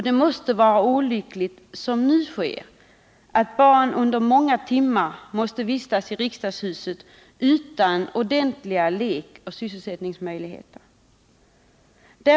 Det måste vara olyckligt att, som nu sker, barn under många timmar vistas i riksdagshuset utan ordentliga lekoch sysselsättningsmöjligheter.